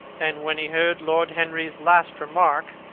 and when he heard lord henry's last remark,